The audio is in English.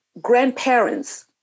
grandparents